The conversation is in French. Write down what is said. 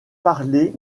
parlé